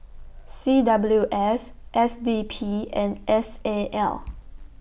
C W S S D P and S A L